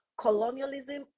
Colonialism